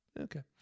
Okay